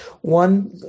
One